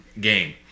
game